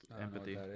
empathy